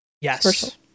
yes